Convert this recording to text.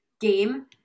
game